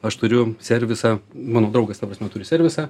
aš turiu servisą mano draugas ta prasme turi servisą